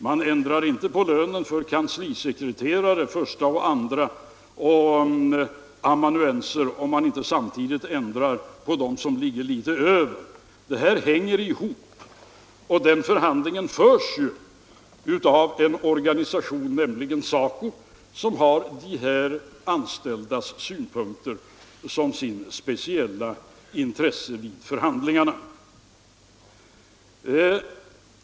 Man ändrar inte lönen för förste och andre kanslisekreterare och för amanuenser, om man inte samtidigt ändrar lönerna för de tjänstemän som ligger litet över dessa. Detta hänger ihop. Förhandlingarna om detta förs av en arbetsmarknadsorganisation, nämligen SACO/SR, som då har som sitt speciella intresse att bevaka de anställdas synpunkter.